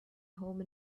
home